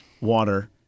water